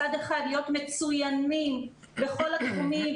מצד אחד להיות מצויינים בכל התחומים,